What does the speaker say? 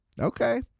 Okay